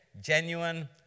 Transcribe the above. genuine